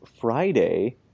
Friday